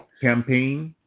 campaign.